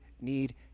need